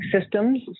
systems